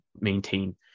maintain